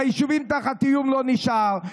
ליישובים תחת איום לא נשאר,